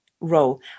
role